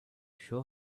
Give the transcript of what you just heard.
show